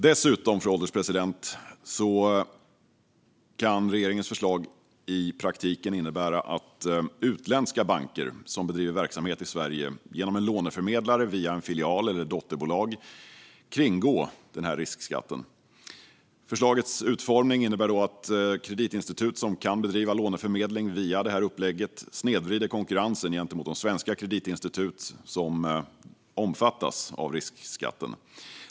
Dessutom, fru ålderspresident, kan regeringens förslag i praktiken innebära att utländska banker som bedriver verksamhet i Sverige genom en låneförmedlare via filial eller dotterbolag kan kringgå riskskatten. Förslagets utformning innebär då att kreditinstitut som kan bedriva låneförmedling via detta upplägg snedvrider konkurrensen gentemot de svenska kreditinstitut som omfattas av riskskatten.